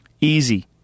Easy